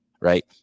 Right